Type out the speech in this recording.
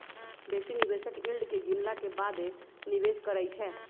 बेशी निवेशक यील्ड के गिनला के बादे निवेश करइ छै